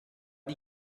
die